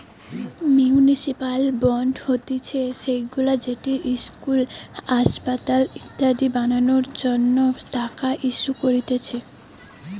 municipal bond হতিছে সেইগুলা যেটি ইস্কুল, আসপাতাল ইত্যাদি বানানোর জন্য টাকা ইস্যু করতিছে